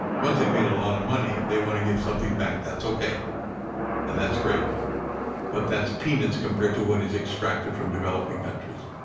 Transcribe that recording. once they made a lot of money they want to give something back that's ok and that's great but that's peanuts compared to what is extracted from developing countries.